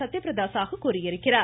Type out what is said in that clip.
சத்யபிரதசாகு கூறியிருக்கிறார்